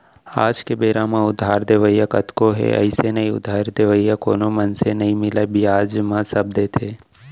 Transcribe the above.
आज के बेरा म उधारी देवइया कतको हे अइसे नइ उधारी देवइया कोनो मनसे नइ मिलय बियाज म सब देथे